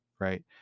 Right